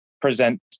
present